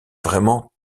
vraiment